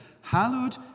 hallowed